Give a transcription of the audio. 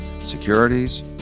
securities